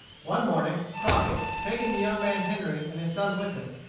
one morning, crockett, taking the young man henry and his son with him,